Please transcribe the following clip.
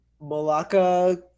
Malacca